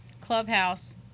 Clubhouse